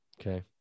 Okay